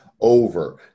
Over